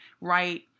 right